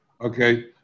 Okay